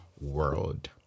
World